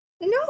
No